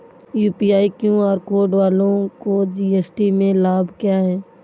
UPI QR code वालों को GST में लाभ क्या है?